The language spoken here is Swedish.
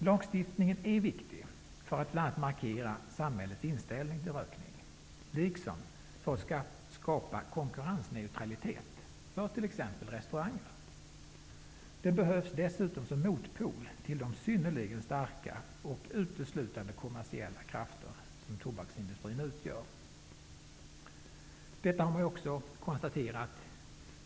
Lagstiftningen är viktig bl.a. för att markera samhällets inställning till rökning liksom för att skapa konkurrensneutralitet för t.ex. restauranger. Lagstiftningen behövs dessutom som motpol till de synnerligen starka och uteslutande kommersiella krafter som tobaksindustrin utgör. Detta har också konstaterats.